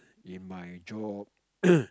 in my job